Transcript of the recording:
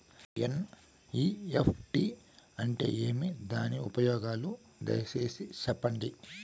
NEFT అంటే ఏమి? దాని ఉపయోగాలు దయసేసి సెప్పండి?